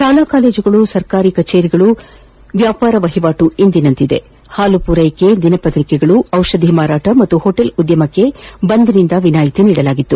ಶಾಲಾ ಕಾಲೇಜುಗಳು ಸರ್ಕಾರಿ ಕಚೇರಿಗಳು ವ್ಯಾಪಾರ ವಹಿವಾಟು ಎಂದಿನಂತಿದೆ ಹಾಲು ಪೂರೈಕೆ ಪತ್ರಿಕೆ ಔಷಧಿ ಮಾರಾಟ ಹಾಗೂ ಹೋಟೆಲ್ ಉದ್ಯಮಕ್ಕೆ ಬಂದ್ ನಿಂದ ವಿನಾಯಿತಿ ನೀಡಲಾಗಿತ್ತು